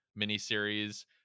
miniseries